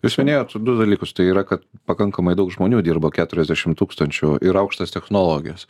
jūs minėjot du dalykus tai yra kad pakankamai daug žmonių dirba keturiasdešim tūkstančių ir aukštas technologijas